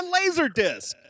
Laserdisc